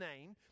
name